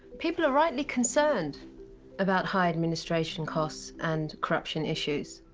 people are rightly concerned about high administration costs and corruption issues.